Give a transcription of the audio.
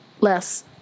Less